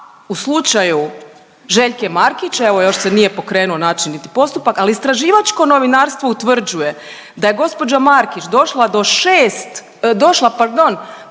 u slučaju Željke Markić evo još se nije pokrenuo znači niti postupak, ali istraživačko novinarstvo utvrđuje da je gospođa Markić došla do 6,